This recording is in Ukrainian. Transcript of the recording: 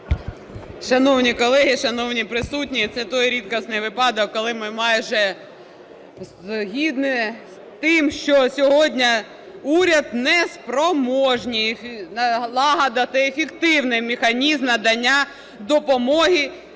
Шановні колеги, шановні присутні, це той рідкісний випадок, коли ми майже згодні з тим, що сьогодні уряд неспроможний налагодити ефективний механізм надання допомоги